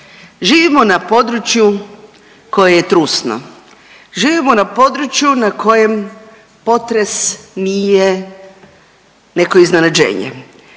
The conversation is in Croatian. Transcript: Živimo na području koje je trusno, živimo na području na kojem potres nije neko iznenađenje.